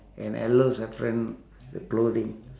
and all those saffron the clothing